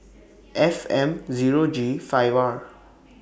F M Zero G five R